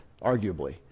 arguably